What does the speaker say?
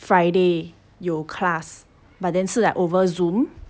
friday 有 class but then 是 like over Zoom